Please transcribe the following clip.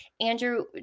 Andrew